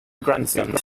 grandsons